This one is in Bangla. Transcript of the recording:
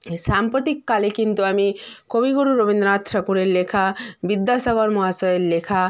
সাম্প্রতিককালে কিন্তু আমি কবিগুরু রবীন্দ্রনাথ ঠাকুরের লেখা বিদ্যাসাগর মহাশয়ের লেখা